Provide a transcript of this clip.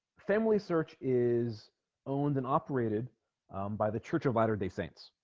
family search is owned and operated by the church of latter day saints